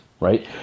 right